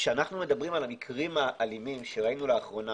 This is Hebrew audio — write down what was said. כשאנחנו מדברים על המקרים האלימים שראינו לאחרונה